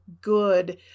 good